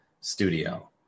studio